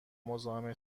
مزاحم